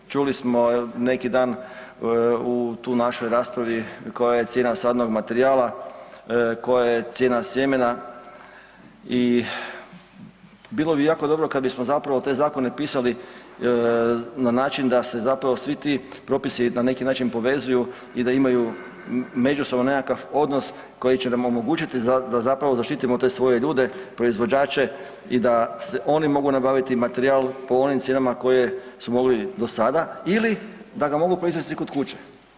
Čuli smo neki dan u tu našoj raspravi koja je cijena sadnog materijala, koja je cijena sjemena i bilo bi jako dobro kad bismo zapravo te zakone pisali na način da se zapravo svi ti propisi na neki način povezuju i da imaju međusobno nekakav odnos koji će nam omogućiti da zapravo zaštitimo te svoje ljude, proizvođače i da oni mogu nabaviti materijal po onim cijenama koje su mogli do sada ili da ga mogu proizvesti kod kuće.